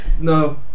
No